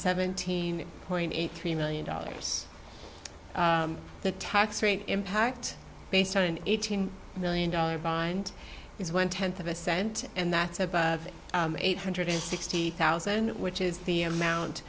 seventeen point eight three million dollars the tax rate impact based on an eighteen million dollars bond is one tenth of a cent and that's about eight hundred sixty thousand which is the amount